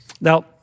Now